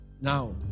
Now